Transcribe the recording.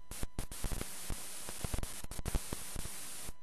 אבל ראש הממשלה צריך לתת למדינת ישראל אופק של חיים כלכליים,